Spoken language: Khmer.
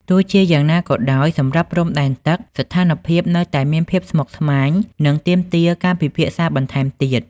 ទោះជាយ៉ាងណាក៏ដោយ សម្រាប់ព្រំដែនទឹក ស្ថានភាពនៅតែមានភាពស្មុគស្មាញ និងទាមទារការពិភាក្សាបន្ថែមទៀត។